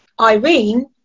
Irene